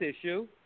issue